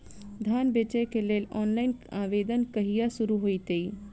धान बेचै केँ लेल ऑनलाइन आवेदन कहिया शुरू हेतइ?